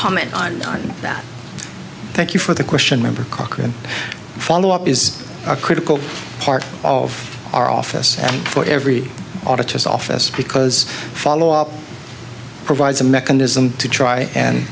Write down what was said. comment on that thank you for the question member cochran follow up is a critical part of our office for every office office because followup provides a mechanism to try and